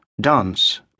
Dance